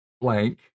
blank